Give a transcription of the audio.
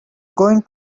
going